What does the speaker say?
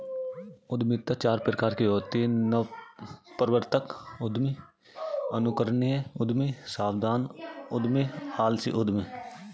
उद्यमिता चार प्रकार की होती है नवप्रवर्तक उद्यमी, अनुकरणीय उद्यमी, सावधान उद्यमी, आलसी उद्यमी